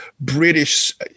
British